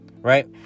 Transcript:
Right